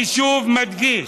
אני שוב מדגיש: